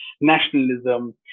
nationalism